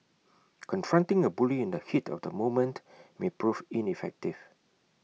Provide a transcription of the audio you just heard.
confronting A bully in the heat of the moment may prove ineffective